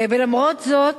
ולמרות זאת,